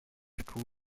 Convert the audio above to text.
school